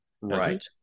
Right